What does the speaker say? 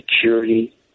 security